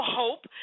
hope